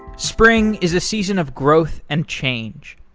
spring is a season of growth and change.